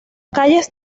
calles